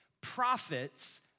prophets